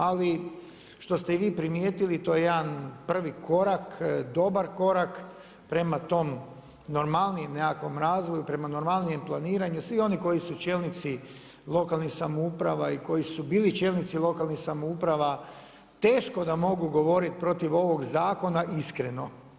Ali što ste i vi primijetili i to je jedan prvi korak, dobar korak prema tom normalnijem nekakvom razvoju, prema normalnijem planiranju, svi oni koji su čelnici lokalnih samouprava i koji su bili čelnici lokalnih samouprava teško da mogu govoriti protiv ovog zakona iskreno.